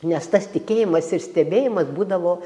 nes tas tikėjimas ir stebėjimas būdavo